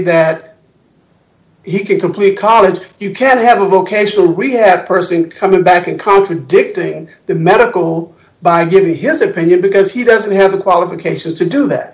that he can complete college you can have a vocational rehab person coming back and contradicting the medical by giving his opinion because he doesn't have the qualifications to do that